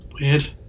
weird